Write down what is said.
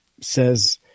says